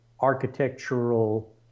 architectural